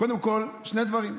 קודם כול, שני דברים.